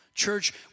Church